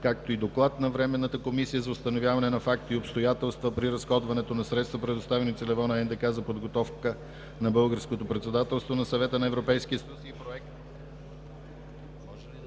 на действие на Временната комисия за установяване на факти и обстоятелства при разходването на средства, предоставени целево, на НДК за подготовка на българското председателство на Съвета на Европейския съюз.